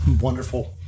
Wonderful